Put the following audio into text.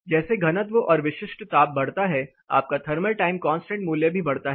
जैसे घनत्व और विशिष्ट ताप बढ़ता है आपका थर्मल टाइम कांस्टेंट मूल्य भी बढ़ता है